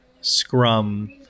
scrum